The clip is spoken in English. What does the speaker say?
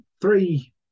three